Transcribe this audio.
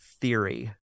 theory